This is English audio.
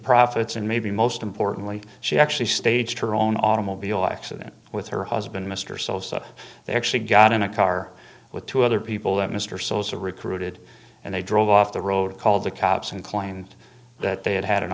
profits and maybe most importantly she actually staged her own automobile accident with her husband mr sosa they actually got in a car with two other people that mr sosa recruited and they drove off the road called the cops and claimed that they had had an